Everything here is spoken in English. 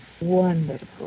wonderful